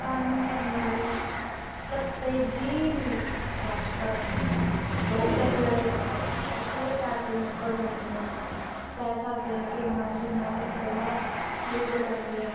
ਕਾਨੂੰਨ ਪ੍ਰਣਾਲੀ ਕਦੇ ਵੀ ਨਹੀਂ ਵਿਸ਼ਵਾਸ ਕਰਨ ਲੋਕ ਹੈ ਜਿਹੜੇ ਉਹ ਖੜ੍ਹੇ ਪੈਰ 'ਤੇ ਮੁੱਕਰ ਜਾਂਦੇ ਆ ਪੈਸਾ ਦੇ ਕੇ ਨਾਲ ਦੀ ਨਾਲ ਗਵਾਹ ਖਰੀਦ ਲੈਂਦੇ ਆ